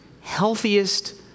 healthiest